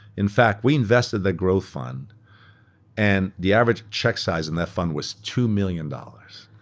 in fact, we invested the growth fund and the average check size on that fund was two million dollars.